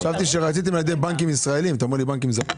חשבתי שרציתם על ידי בנקים ישראלים ואתה אומר לי בנקים זרים.